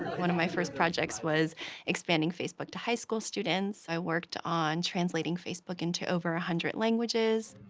one of my first projects was expanding facebook to high school students. i worked on translating facebook into over a hundred languages.